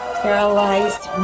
paralyzed